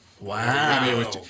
Wow